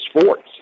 sports